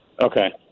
Okay